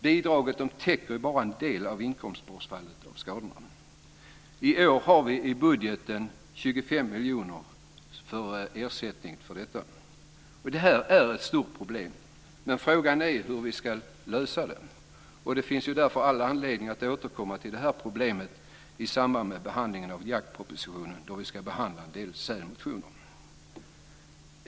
Bidraget täcker bara en del av inkomstbortfallet och kostnaderna för skadorna. I år har vi 25 miljoner i budgeten till detta ändamål. Det här är ett stort problem. Men frågan är hur vi ska lösa det. Det finns all anledning att återkomma till det här problemet i samband med behandlingen av jaktpropositionen, då vi ska behandla en del sälmotioner.